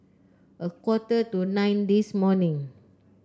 a quarter to nine this morning